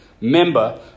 member